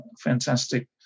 fantastic